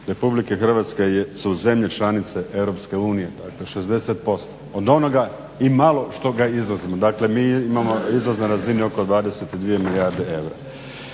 Republike Hrvatske su zemlje članice Europske unije, dakle 60% od onoga i malo što ga izvozimo. Dakle mi imamo izvoz na razini oko 22 milijarde eura